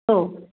हो